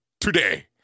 today